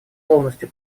полностью